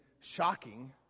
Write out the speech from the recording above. shocking